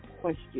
question